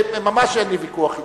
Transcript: ממש אין לי ויכוח אתך.